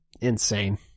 insane